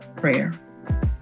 prayer